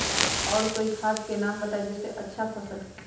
और कोइ खाद के नाम बताई जेसे अच्छा फसल होई?